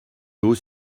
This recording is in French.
d’eau